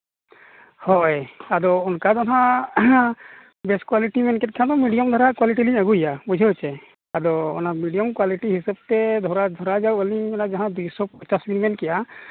ᱦᱳᱭ ᱟᱫᱚ ᱚᱱᱠᱟ ᱫᱚ ᱦᱟᱸᱜ ᱵᱮᱥ ᱠᱚᱣᱟᱞᱤᱴᱤ ᱢᱮᱱ ᱠᱮᱫ ᱠᱷᱟᱱ ᱢᱤᱰᱤᱭᱟᱢ ᱫᱷᱟᱨᱟ ᱠᱚᱣᱟᱞᱤᱴᱤ ᱞᱤᱧ ᱟᱹᱜᱩᱭᱟ ᱵᱩᱡᱷᱟᱹᱣ ᱥᱮ ᱟᱫᱚ ᱚᱱᱟ ᱢᱤᱰᱤᱭᱟᱢ ᱠᱚᱣᱟᱞᱤᱴᱤ ᱦᱤᱥᱟᱹᱵᱽ ᱛᱮ ᱟᱹᱞᱤᱧ ᱚᱱᱟ ᱡᱟᱦᱟᱸ ᱢᱤᱫᱥᱚ ᱯᱚᱧᱪᱟᱥ ᱵᱮᱱ ᱢᱮᱱ ᱠᱮᱜᱼᱟ